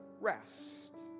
rest